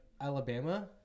Alabama